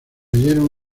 cayeron